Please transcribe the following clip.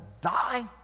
die